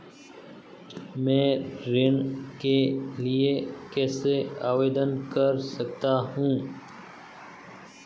मैं ऋण के लिए कैसे आवेदन कर सकता हूं?